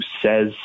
says